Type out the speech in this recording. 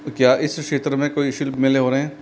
क्या इस क्षेत्र में कोई शिल्प मेले हो रहे हैं